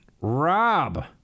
Rob